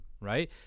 right